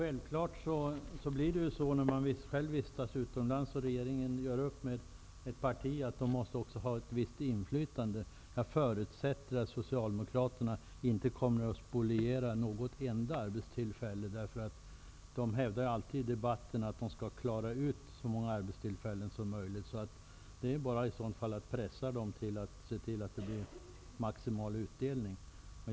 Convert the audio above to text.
Herr talman! När regeringen gör upp med ett annat parti måste detta självfallet också ha ett visst inflytande. Jag förutsätter att Socialdemokraterna inte spolierar något enda arbetstillfälle. De hävdar ju alltid i debatten att de skall klara så många arbetstillfällen som möjligt. I så fall är det bara att pressa dem och se till att det blir maximal utdelning.